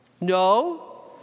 No